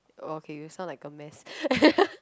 okay you sound like a mess